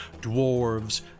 Dwarves